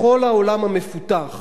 בכל העולם המפותח